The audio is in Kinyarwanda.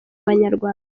abanyarwanda